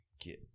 get